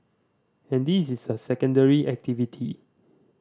and this is a secondary activity